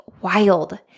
wild